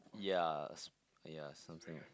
yeah sp~ yeah something like